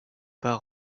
pas